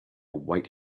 white